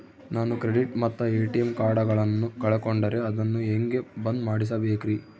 ನಾನು ಕ್ರೆಡಿಟ್ ಮತ್ತ ಎ.ಟಿ.ಎಂ ಕಾರ್ಡಗಳನ್ನು ಕಳಕೊಂಡರೆ ಅದನ್ನು ಹೆಂಗೆ ಬಂದ್ ಮಾಡಿಸಬೇಕ್ರಿ?